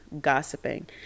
gossiping